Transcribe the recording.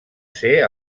ser